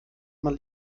man